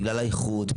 בגלל האיכות,